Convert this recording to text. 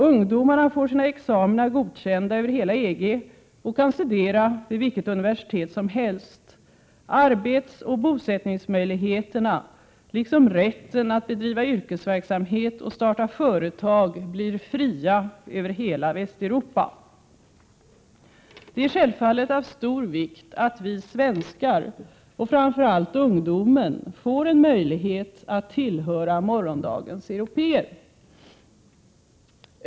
Ungdomarna får sina examina godkända över hela EG och kan studera vid vilket universitet som helst. Arbetsoch bosättningsmöjligheterna liksom rätten att bedriva yrkesverksamhet och starta företag blir fria över hela Västeuropa. Det är självfallet av stor vikt att vi svenskar och framför allt ungdomen får en möjlighet att tillhöra morgondagens européer.